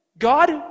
God